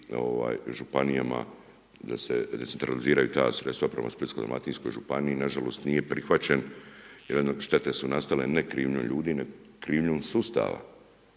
županijama da se decentraliziraju ta sredstva prema Splitsko-dalmatinskoj županiji nažalost nije prihvaćen jer štete su nastale ne krivnjom ljudi, nego krivnjom sustava.